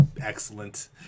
Excellent